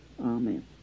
Amen